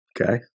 Okay